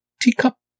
teacup